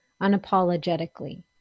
unapologetically